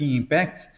impact